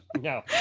No